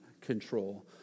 control